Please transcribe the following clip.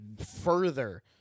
further